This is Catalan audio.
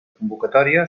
convocatòria